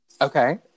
Okay